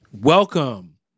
welcome